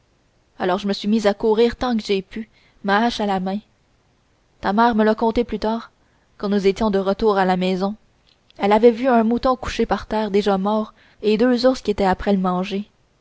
alors je me suis mis à courir tant que j'ai pu ma hache à la main ta mère me l'a conté plus tard quand nous étions de retour à la maison elle avait vu un mouton couché par terre déjà mort et deux ours qui étaient après le manger